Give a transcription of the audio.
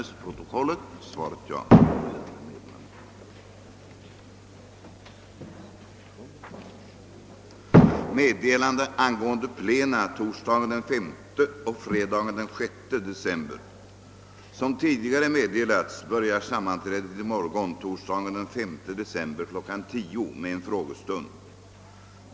Såsom tidigare meddelats börjar sammanträdet i morgon, torsdagen den 5 december, kl. 10.00 med en frågestund.